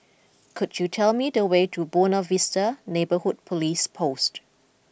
could you tell me the way to Buona Vista Neighbourhood Police Post